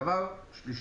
דבר שלישי,